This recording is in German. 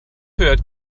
hört